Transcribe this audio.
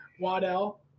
Waddell